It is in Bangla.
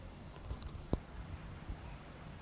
সুগার কেল মাল হচ্যে আখ যেটা এক ধরলের পুষ্টিকর মিষ্টি শস্য